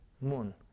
moon